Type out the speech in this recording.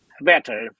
better